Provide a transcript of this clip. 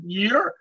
year